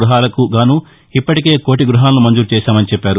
గ్బహాలకు గాను ఇప్పటికే కోటీ గృహాలను మంజూరు చేశామని చెప్పారు